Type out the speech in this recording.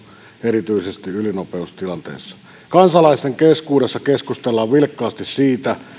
erityisesti ylinopeustilanteissa kansalaisten keskuudessa keskustellaan vilkkaasti siitä